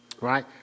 Right